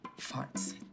farts